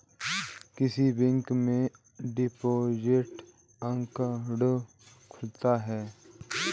किस बैंक में deposit account खुलता है?